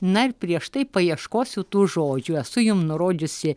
na ir prieš tai paieškosiu tų žodžių esu jum nurodžiusi